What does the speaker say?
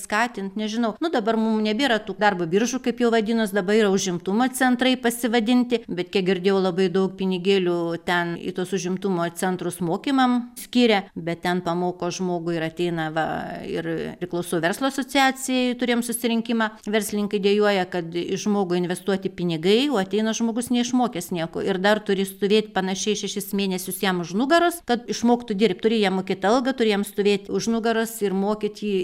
skatint nežinau nu dabar mum nebėra tų darbo biržų kaip jau vadinos dabar yra užimtumo centrai pasivadinti bet kiek girdėjau labai daug pinigėlių ten į tuos užimtumo centrus mokymam skiria bet ten pamoko žmogų ir ateina va ir priklausau verslo asociacijai turėjom susirinkimą verslininkai dejuoja kad į žmogų investuoti pinigai o ateina žmogus neišmokęs nieko ir dar turi stovėt panašiai šešis mėnesius jam už nugaros kad išmoktų dirbt turi jam mokėt algą turi jam stovėt už nugaros ir mokyt jį